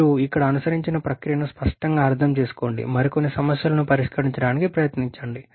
మీరు ఇక్కడ అనుసరించిన ప్రక్రియను స్పష్టంగా అర్థం చేసుకోవడానికి మరికొన్ని సమస్యలను పరిష్కరించడానికి ప్రయత్నించండి